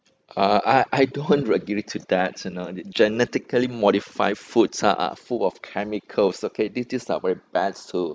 uh I I don't agree to that you know genetically modified foods are are full of chemicals okay t~ these are very bad so